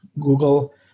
Google